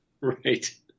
right